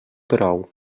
prou